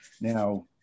now